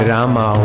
Rama